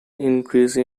increase